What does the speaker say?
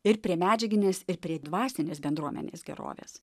ir prie medžiaginės ir prie dvasinės bendruomenės gerovės